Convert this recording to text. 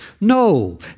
No